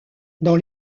dans